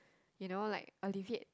you know like alleviate